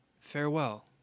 Farewell